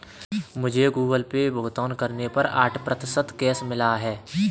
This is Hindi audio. मुझे गूगल पे भुगतान करने पर आठ प्रतिशत कैशबैक मिला है